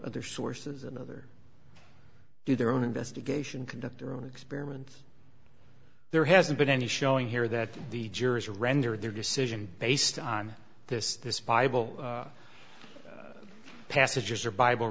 other sources and other do their own investigation conduct their own experiments there hasn't been any showing here that the jurors render their decision based on this this bible passages or bible